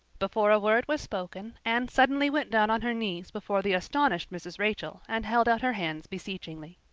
before a word was spoken anne suddenly went down on her knees before the astonished mrs. rachel and held out her hands beseechingly.